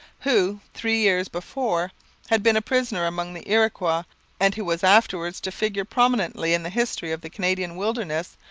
who three years before had been a prisoner among the iroquois and who was afterwards to figure prominently in the history of the canadian wilderness.